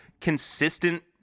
consistent